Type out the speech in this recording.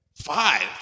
Five